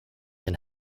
and